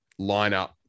lineup